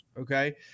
okay